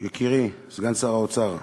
יקירי סגן שר האוצר,